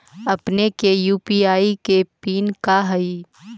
अपने के यू.पी.आई के पिन का हई